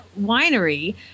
Winery